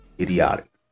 idiotic